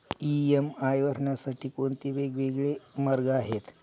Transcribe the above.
EMI भरण्यासाठी कोणते वेगवेगळे मार्ग आहेत?